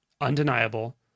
undeniable